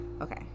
Okay